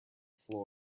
floor